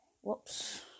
Whoops